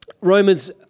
Romans